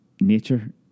nature